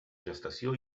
gestació